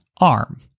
ARM